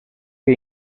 que